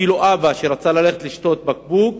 אפילו אב שרצה ללכת לשתות בקבוק